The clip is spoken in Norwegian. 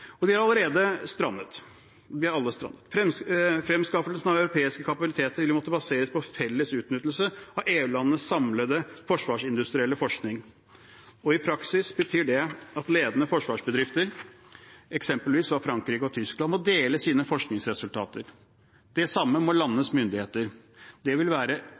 og de har allerede strandet. De har alle strandet. Fremskaffelsen av europeiske kapabiliteter vil måtte baseres på en felles utnyttelse av EU-landenes samlede forsvarsindustrielle forskning. I praksis betyr det at ledende forsvarsbedrifter, eksempelvis i Frankrike og Tyskland, må dele sine forskningsresultater. Det samme må landenes myndigheter. Det vil være